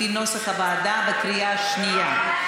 לפי נוסח הוועדה, בקריאה שנייה.